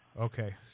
Okay